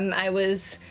um i was,